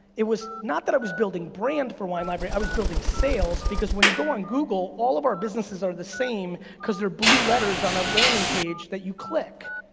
it was not that i was building brand for wine library, i was sales, because when you go on google, all of our businesses are the same, cause they're blue letters on a landing page that you click.